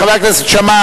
חבר הכנסת שאמה,